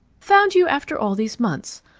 found you after all these months!